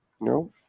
No